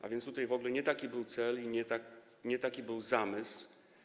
A więc tutaj w ogóle nie taki był cel i nie taki był zamysł.